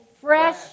fresh